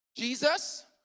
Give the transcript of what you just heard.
Jesus